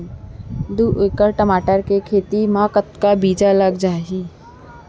दू एकड़ टमाटर के खेती मा कतका बीजा लग जाही?